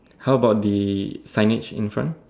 how bout the signage in front